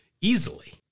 Easily